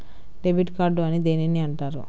Debit card అని దేనిని అంటారు?